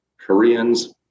Koreans